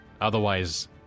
Otherwise